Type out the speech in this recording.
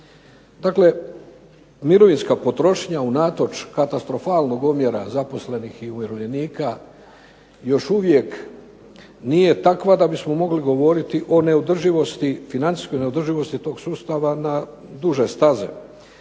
Dakle, mirovinska potrošnja unatoč katastrofalnog omjera zaposlenih i umirovljenika još uvijek nije takva da bismo mogli govoriti o financijskoj neodrživosti tog sustava na duže staze